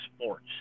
sports